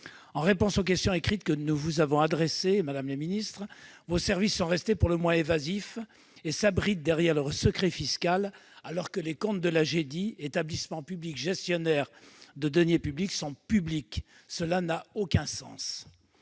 En réponse aux questions écrites que nous avons adressées à M. le ministre, ses services sont restés pour le moins évasifs ; ils s'abritent derrière le secret fiscal, alors que les comptes de l'Agedi, établissement public gestionnaire de deniers publics, sont publics. Cela n'a aucun sens.